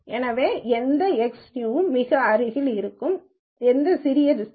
எனவே எந்தச் எக்ஸ்new மிகவும் அருகில் இருக்கும் எதுவும் சிறிய டிஸ்டன்ஸ்